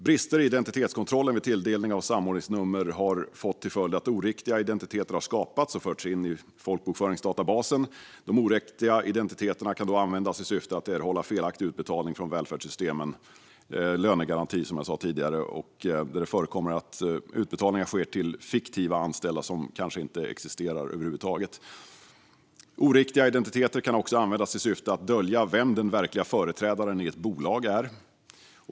Brister i identitetskontrollen vid tilldelning av samordningsnummer har fått till följd att oriktiga identiteter har skapats och förts in i folkbokföringsdatabasen. De oriktiga identiteterna kan då användas i syfte att erhålla felaktig utbetalning från välfärdssystemen - jag nämnde tidigare lönegaranti, där det förekommer att utbetalningar sker till fiktiva anställda som kanske inte existerar över huvud taget. Oriktiga identiteter kan också användas i syfte att dölja vem den verkliga företrädaren i ett bolag är.